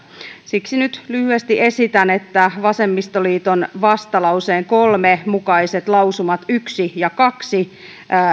siksi nyt lyhyesti esitän että vasemmistoliiton vastalauseen kolme mukaiset lausumat yksi ja kahteen